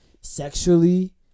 sexually